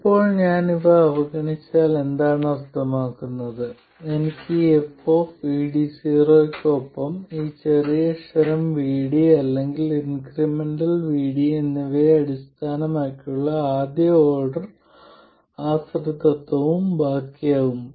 ഇപ്പോൾ ഞാൻ ഇവ അവഗണിച്ചാൽ എന്താണ് അർത്ഥമാക്കുന്നത് എനിക്ക് ഈ f ഒപ്പം ഈ ചെറിയ അക്ഷരം vd അല്ലെങ്കിൽ ഇൻക്രിമെന്റൽ vd എന്നിവയെ അടിസ്ഥാനമാക്കിയുള്ള ആദ്യ ഓർഡർ ആശ്രിതത്വവും ബാക്കിയാകും